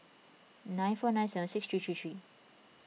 nine four nine seven six three three three